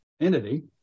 entity